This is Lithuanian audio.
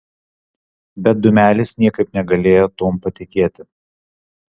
bet dūmelis niekaip negalėjo tuom patikėti